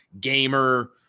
gamer